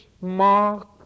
mark